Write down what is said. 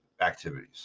activities